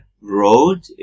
road